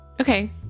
Okay